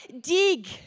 dig